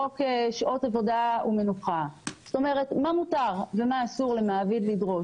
חוק שעות עבודה ומנוחה זאת אומרת מה מותר ומה אסור למעביד לדרוש.